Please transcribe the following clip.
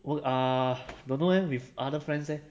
oh ah don't know eh with other friends eh